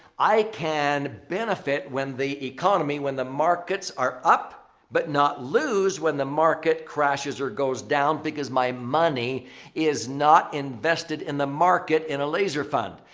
i can benefit when the economy, when the markets are up but not lose when the market crashes or goes down because my money is not invested in the market in a laser fund.